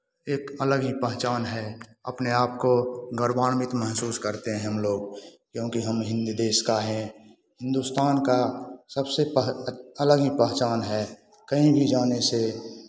एक अलग ही पहचान है अपने आप को गौरवान्वित महसूस करते हैं हम लोग क्योंकि हम हिन्द देश का हैं हिन्दुस्तान का सबसे अलग ही पहचान है कहीं भी जाने से